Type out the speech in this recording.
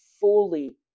fully